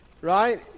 Right